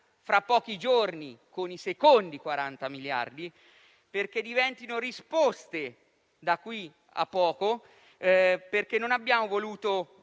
fra pochi giorni con gli ulteriori 40 miliardi, perché diventino risposte da qui a poco. Non abbiamo voluto